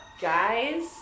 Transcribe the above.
Guys